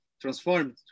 transformed